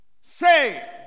Say